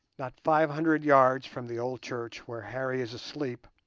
not five hundred yards from the old church where harry is asleep,